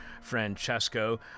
Francesco